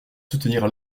soutenir